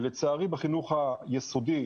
ולצערי בחינוך היסודי,